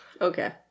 Okay